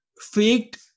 faked